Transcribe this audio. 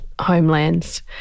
homelands